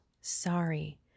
sorry